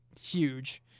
huge